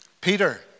Peter